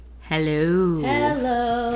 Hello